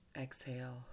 Exhale